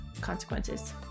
consequences